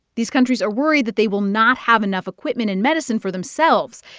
these countries are worried that they will not have enough equipment and medicine for themselves.